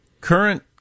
current